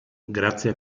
grazie